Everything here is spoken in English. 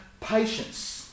patience